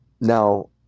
Now